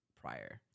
prior